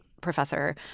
professor